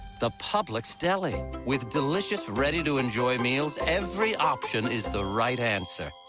the publix deli. with delicious, ready to enjoy meals. every option is the right answer.